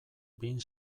bin